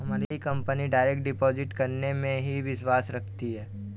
हमारी company direct deposit करने में ही विश्वास रखती है